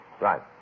Right